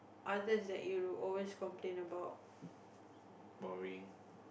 others that you always complain about